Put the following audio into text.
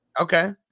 Okay